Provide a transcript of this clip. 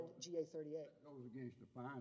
GA-38